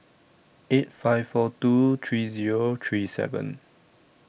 eight five four two three Zero three seven